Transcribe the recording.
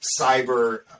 cyber